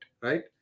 right